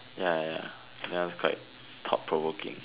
ya ya that one was quite thought provoking